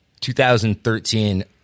2013